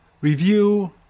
Review